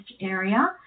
area